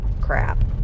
crap